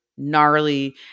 gnarly